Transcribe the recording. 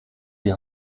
die